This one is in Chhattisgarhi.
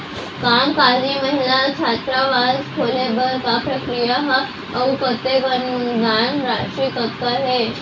कामकाजी महिला छात्रावास खोले बर का प्रक्रिया ह अऊ कतेक अनुदान राशि कतका हे?